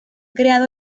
creado